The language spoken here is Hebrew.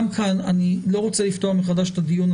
גם כאן אני לא רוצה לפתוח שוב את הדיון.